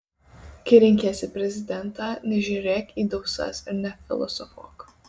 kai renkiesi prezidentą nežiūrėk į dausas ir nefilosofuok